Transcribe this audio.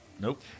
Nope